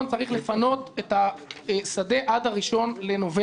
צריך לפנות את השדה עד ה-1 בנובמבר.